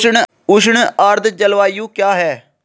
उष्ण आर्द्र जलवायु क्या है?